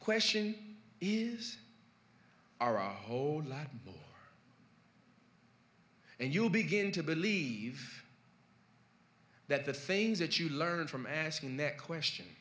question is are a whole lot and you'll begin to believe that the things that you learn from asking that question